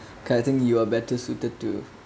kay I think you are better suited to